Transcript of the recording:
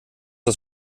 aus